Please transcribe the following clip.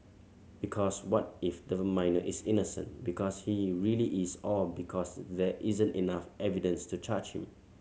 because what if the minor is innocent because he really is or because there isn't enough evidence to charge him